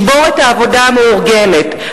לשבור את העבודה המאורגנת.